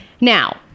Now